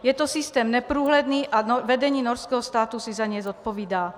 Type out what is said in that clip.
Je to systém neprůhledný a vedení norského státu si za něj zodpovídá.